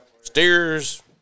steers